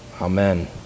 Amen